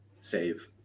save